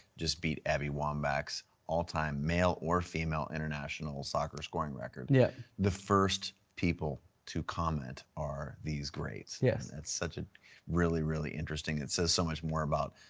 just beat abby wambach's all time, male or female internationals, soccer scoring record. yeah the first people to comment are these greats. and yeah that's such a really, really interesting it says so much more about